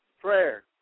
prayer